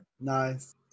Nice